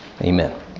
amen